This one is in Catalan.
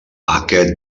aquest